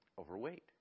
overweight